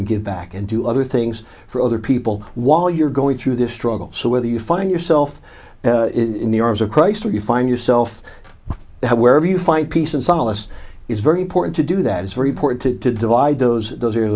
and give back and do other things for other people while you're going through this struggle so whether you find yourself in the arms of christ or you find yourself wherever you find peace and solace is very important to do that is very important to divide those those